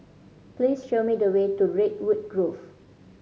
please show me the way to Redwood Grove